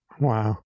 Wow